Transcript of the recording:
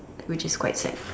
which is quite sad